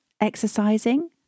exercising